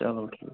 چلو ٹھیٖک چھُ